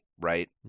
right